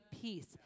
peace